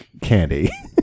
candy